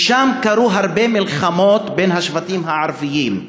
ושם קרו הרבה מלחמות בין השבטים הערביים,